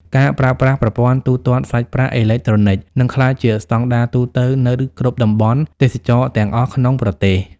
ការប្រើប្រាស់ប្រព័ន្ធទូទាត់សាច់ប្រាក់អេឡិចត្រូនិក នឹងក្លាយជាស្តង់ដារទូទៅនៅគ្រប់តំបន់ទេសចរណ៍ទាំងអស់ក្នុងប្រទេស។